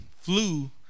flu